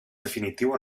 definitiu